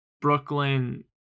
Brooklyn